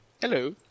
Hello